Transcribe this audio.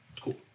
Cool